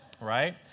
Right